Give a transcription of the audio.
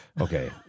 Okay